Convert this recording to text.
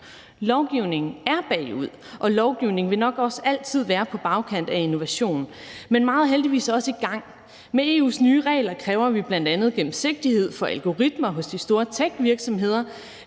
Lovgivningen er bagud, og lovgivning vil nok også altid være på bagkant af innovation. Men meget er heldigvis også i gang. Med EU's nye regler kræver vi bl.a. gennemsigtighed for algoritmer hos de store techvirksomheder,